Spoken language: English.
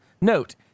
Note